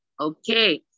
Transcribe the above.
Okay